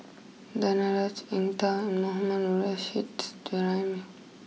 Danaraj Eng tow Mohammad Nurrasyid Juraimi